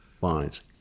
lines